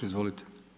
Izvolite.